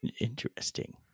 Interesting